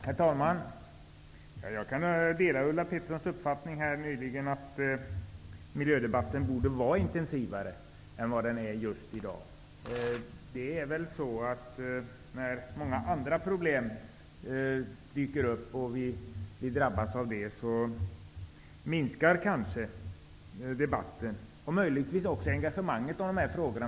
Herr talman! Jag kan dela Ulla Petterssons nyligen framförda uppfattning att miljödebatten borde vara intensivare än vad den är just i dag. När vi drabbas av många andra problem som dyker upp, minskar kanske debatten och möjligtvis också engagemanget i dessa frågor.